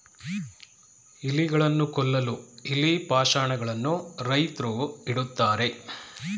ಇಲಿಗಳನ್ನು ಕೊಲ್ಲಲು ಇಲಿ ಪಾಷಾಣ ಗಳನ್ನು ರೈತ್ರು ಇಡುತ್ತಾರೆ